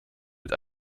mit